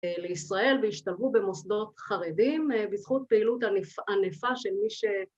‫לישראל והשתלבו במוסדות חרדים ‫בזכות פעילות ענפה של מי ש...